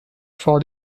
for